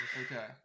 Okay